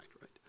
right